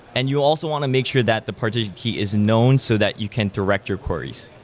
and you also want to make sure that the partition key is known so that you can direct your queries.